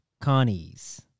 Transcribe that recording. Connies